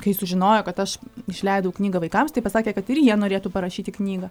kai sužinojo kad aš išleidau knygą vaikams tai pasakė kad ir jie norėtų parašyti knygą